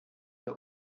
der